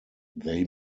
they